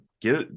get